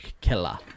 killer